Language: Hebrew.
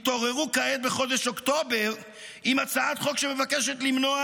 התעוררו כעת בחודש אוקטובר עם הצעת חוק שמבקשת למנוע